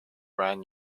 brand